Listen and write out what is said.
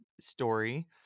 story